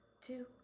two